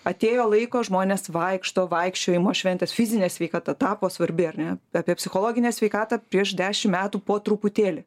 atėjo laiko žmonės vaikšto vaikščiojimo šventės fizinė sveikata tapo svarbi ar ne apie psichologinę sveikatą prieš dešim metų po truputėlį